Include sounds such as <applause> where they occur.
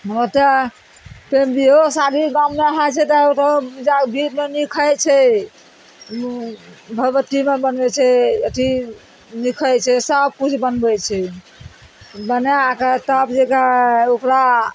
ओतएय तऽ बिहो शादी गाममे होइ छै तऽ ओकरो जाकए <unintelligible> भीतमे लिखै छै भगबत्ती लङ बनबै छै अथी लिखै छै सबकुछ बनबइ छै बनाकऽ तब जकर ओकरा